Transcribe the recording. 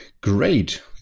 Great